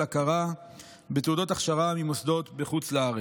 הכרה בתעודות הכשרה ממוסדות בחוץ לארץ.